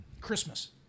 christmas